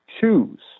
Choose